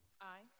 Aye